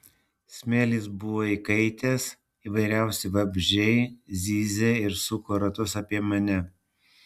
smėlis buvo įkaitęs įvairiausi vabzdžiai zyzė ir suko ratus apie mane